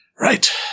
Right